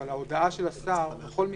אבל בכל מקרה,